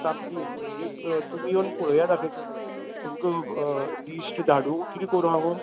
सामकी म्हणजे तुमी येवन पळया दाकयता तुमका लिस्ट धाडूं कितें करूं हांव